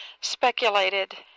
speculated